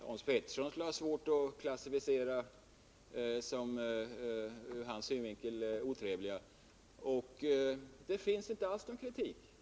Hans Petersson skulle ha svårt att klassificiera såsom från hans synvinkel otrevliga.